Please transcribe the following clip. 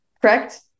Correct